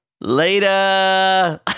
Later